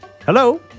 Hello